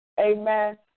Amen